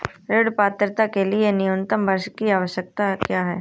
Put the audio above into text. ऋण पात्रता के लिए न्यूनतम वर्ष की आवश्यकता क्या है?